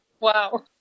Wow